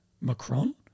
Macron